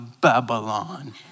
Babylon